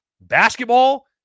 Basketball